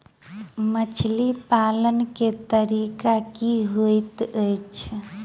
मछली पालन केँ तरीका की होइत अछि?